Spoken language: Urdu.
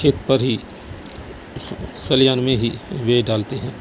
کھیت پر ہی کھلیہان میں ہی بیچ ڈالتے ہیں